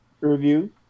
review